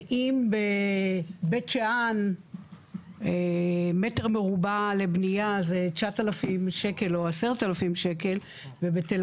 אם בבית שאן מטר מרובע לבנייה זה 9,000 שקל או 10,000 שקל ובתל